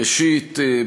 ראשית,